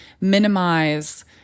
minimize